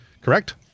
Correct